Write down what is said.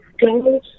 go